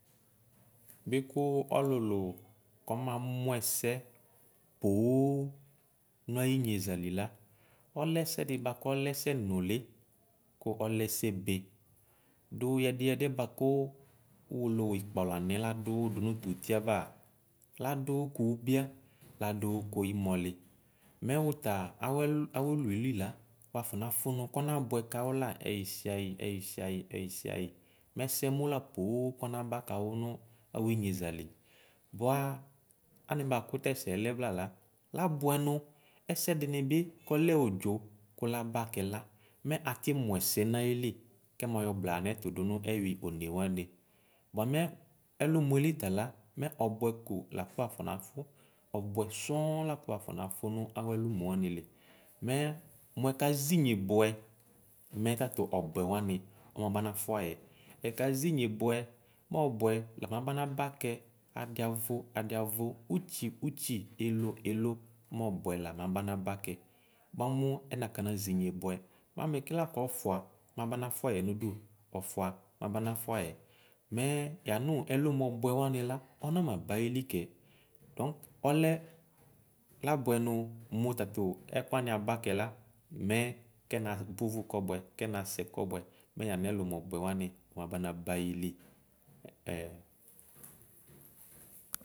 Bi kʋ ɔlʋlʋ kɔmamʋ ɛsɛ poo nayi nyezale la ɔlɛ ɛsɛdi bʋakʋ ɔlɛ ɛsɛ nʋli kʋ ɔlɛ ɛsɛbe dʋ yɛdiɛ bʋakʋ ʋwolowʋ ikpɔ laniɛ ladʋ wʋ dʋnʋ tʋtiɛva ladʋwʋ kʋbia ladʋwʋ kʋ imɔli mɛ wʋta awʋ ɛlʋele la wafɔ fʋnʋ kɔnabʋɛ kawʋla ɛyi siayi ɛyi siaɛyi ɛyi siaɛyi mɛ ɛsɛmʋ la poo kɔna ba kawʋ nʋ awinyezali bʋa anɛ bʋakʋ tɛsɛ lɛ vlala labʋ nʋ ɛsɛ dini bi kɔlɛ odzo kʋ laba kɛla matsi mʋ ɛsɛ nayil kamaw bla yanstʋ dʋnʋ sur one wani bvamɛ ɛlʋnɔeli tala mɛ ɔbʋɛ ko lakʋ wafɔ nafʋ ɔbʋɛ sɔŋ lakʋ wakɔ nafʋ nawʋ ɛlʋmɔ wani li mɛ mʋ ɛka zinye bʋɛ mɛ fatu ɔbʋɛ wani ɔma bana fʋayɛ ɛka zinye bʋɛ mɔbʋɛ lama bana ba kɛ ɛdi avo adi avo ʋtsi ʋtsi ilʋ ilʋ mɛbʋɛ lama bana ba kɛ bʋamʋ ɛnakana ʒmye bʋɛ mamɛ kela kʋ ʋfʋa mabana fʋayɛ nʋ odʋ ufua mabana fʋayɛ mɛ yanʋ ɛlʋmɔ bʋɛ wani la ɔnama ba ayili kɛ dɔk ɔlɛ labʋɛ nʋ mʋ tatʋ ɛkʋ wani aba kɛ la mɛ kɛna bʋvʋ kɔbʋɛ kɛnasɛ kɔbʋɛ nɛ yanɛlʋmɔ bʋɛ wani mabana ba ayili.